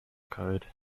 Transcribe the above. code